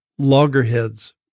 loggerheads